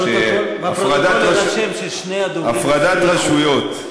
יש -- בפרוטוקול יירשם ששני הדוברים ----- הפרדת רשויות.